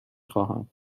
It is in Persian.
خواهم